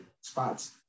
spots